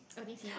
okay okay okay